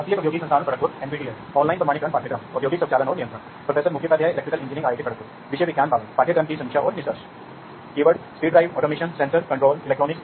keyword field bus network नियंत्रक संचार पुनरावर्तक फील्ड बस उपकरण ऑपरेशन स्टेशन जंक्शन बॉक्स